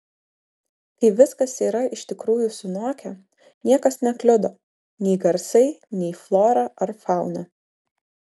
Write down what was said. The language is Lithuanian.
kai viskas yra iš tikrųjų sunokę niekas nekliudo nei garsai nei flora ar fauna